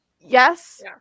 Yes